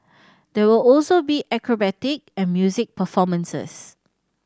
there will also be acrobatic and music performances